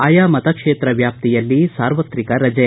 ಆಯಾ ಮತಕ್ಷೇತ್ರ ವ್ಯಾಪ್ತಿಯಲ್ಲಿ ಸಾರ್ವತ್ರಿಕ ರಜೆ